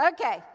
Okay